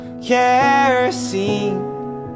Kerosene